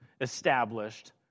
established